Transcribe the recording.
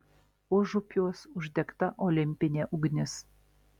užupiuos uždegta olimpinė ugnis